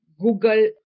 google